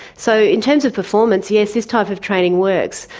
so in terms of performance, yes, this type of training works.